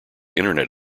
internet